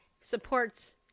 supports